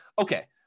okay